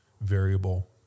variable